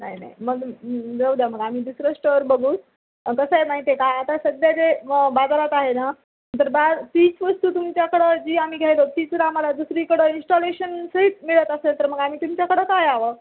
नाही नाही मग जाऊ द्या मग आम्ही दुसरं स्टोर बघू कसं आहे माहिती आहे का आता सध्या जे बाजारात आहे ना तर बा तीच वस्तू तुमच्याकडं जी आम्ही घ्यायलो तीच जर आम्हाला दुसरीकडं इन्स्टॉलेशन सहीत मिळत असेल तर मग आम्ही तुमच्याकडं का यावं